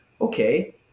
okay